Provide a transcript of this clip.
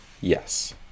yes